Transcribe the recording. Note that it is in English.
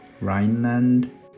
Rhineland